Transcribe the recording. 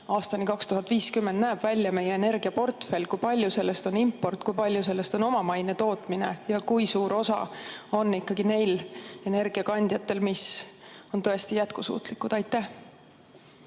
aastani 2050 välja meie energiaportfell: kui palju sellest on import, kui palju sellest on omamaine tootmine ja kui suur osa on ikkagi neil energiakandjatel, mis on tõesti jätkusuutlikud? Aitäh,